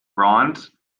bronze